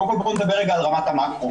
קודם כל בואו נדבר רגע על רמת המקרו.